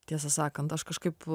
tiesą sakant aš kažkaip